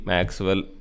Maxwell